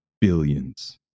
billions